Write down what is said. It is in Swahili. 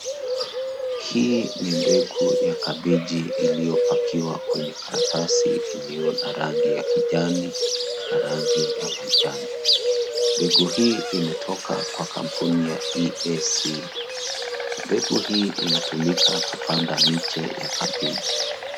Hii ni mbegu ya kabegi iliyopakiwa kwenye karatasi kilio na rangi ya kijani na rangi ya majano mbegu hii imetoka kwa kampuni ya EA seed na mbegu hii inatumika kupanda miche ya kabegi.